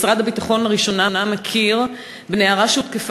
משרד הביטחון מכיר לראשונה בנערה שהותקפה